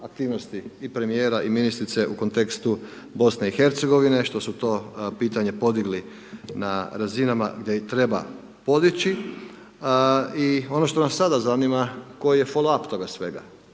aktivnosti i premjera i ministrice u kontekstu BIH, što su to pitanje podigli na razinama gdje ih treba podići i ono što nas sada zanima, koji je foll up toga svega,